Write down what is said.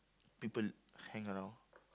people hang around